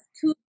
two